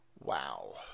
Wow